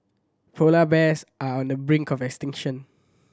polar bears are on the brink of extinction